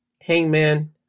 Hangman